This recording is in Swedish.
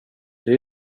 det